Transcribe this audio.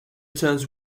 turns